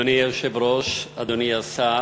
אדוני היושב-ראש, אדוני השר,